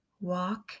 walk